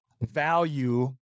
value